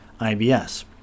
IBS